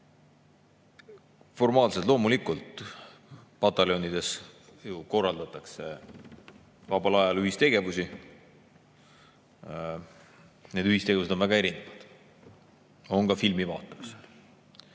Formaalselt loomulikult pataljonides korraldatakse vabal ajal ühistegevusi. Need ühistegevused on väga erinevad, on ka filmide vaatamised.